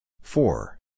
Four